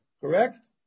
correct